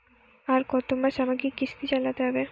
আর কতমাস আমাকে কিস্তি চালাতে হবে?